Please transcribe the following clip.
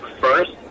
First